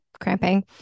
cramping